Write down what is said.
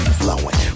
flowing